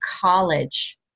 college